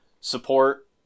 support